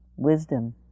wisdom